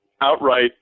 outright